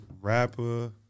rapper